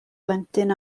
blentyn